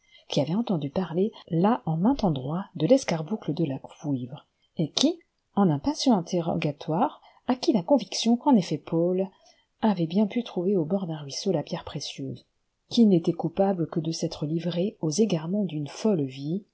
qui avait entendu parler là en maint endroit de l'escarboucle de la vouivre et qui en un patient interrogatoire acquit la conviction qu'en effet paul avait bien pu trouver au bord d'un ruisseau la pierre précieuse qu'il n'était coupable que de s'être livré aux égarements d'une folle